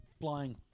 flying